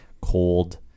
cold